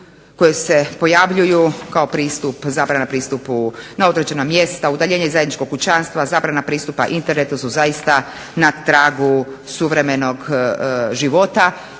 koje se pojavljuju kao pristup, zabrana pristupu na određena mjesta, udaljenje iz zajedničkog kućanstva, zabrana pristupa internetu su zaista na tragu suvremenog života